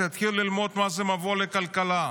שיתחיל ללמוד מה זה מבוא לכלכלה.